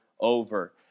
over